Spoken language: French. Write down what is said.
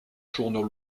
journaux